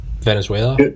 Venezuela